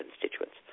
constituents